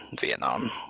Vietnam